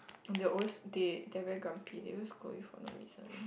on their own they they are very grumpy they always scold you for no reason